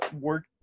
work